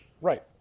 right